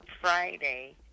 Friday